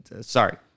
Sorry